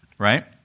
Right